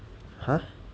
!huh!